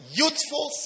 youthful